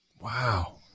Wow